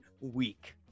week